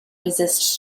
resists